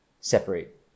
separate